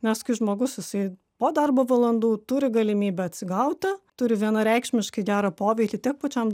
nes kai žmogus jisai po darbo valandų turi galimybę atsigauti turi vienareikšmiškai gerą poveikį tiek pačiam